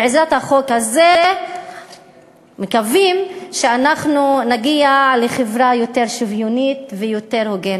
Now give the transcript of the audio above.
בעזרת החוק הזה מקווים שנגיע לחברה יותר שוויונית ויותר הוגנת.